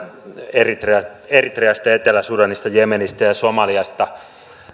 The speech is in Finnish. eritreasta eritreasta etelä sudanista jemenistä ja somaliasta